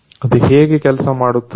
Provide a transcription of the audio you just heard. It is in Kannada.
ಅದು ಹೇಗೆ ಕೆಲಸ ಮಾಡುತ್ತದೆ